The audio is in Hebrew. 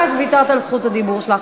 את ויתרת על זכות הדיבור שלך.